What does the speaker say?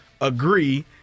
agree